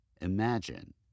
imagine